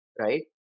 Right